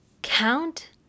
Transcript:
Count